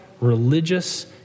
religious